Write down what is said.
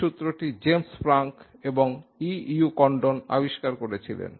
এই সুত্রটি James Franck এবং ই ইউ কন্ডন আবিষ্কার করেছিলেন